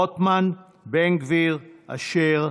רוטמן, בן גביר, אשר,